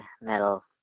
metal